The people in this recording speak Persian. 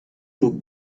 چوب